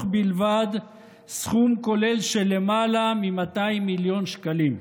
בלבד סכום כולל של למעלה מ-200 מיליון שקלים.